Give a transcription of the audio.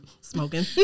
Smoking